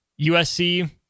USC